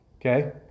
Okay